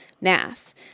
mass